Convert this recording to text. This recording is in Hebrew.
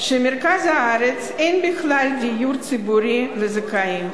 שבמרכז הארץ אין בכלל דיור ציבורי לזכאים.